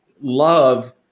love